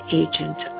agent